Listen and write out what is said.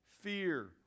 fear